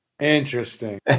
Interesting